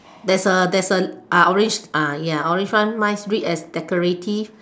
there's a there's a uh orange ah ya orange one mine read as decorative